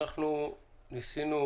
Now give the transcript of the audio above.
ניסינו,